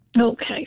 Okay